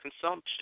consumption